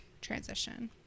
transition